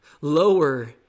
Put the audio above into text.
lower